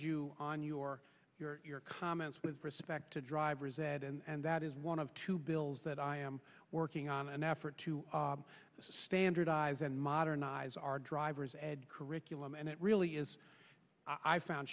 commend you on your your comments with respect to driver's ed and that is one of two bills that i am working on an effort to standardize and modernize our driver's ed curriculum and it really is i found